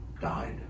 died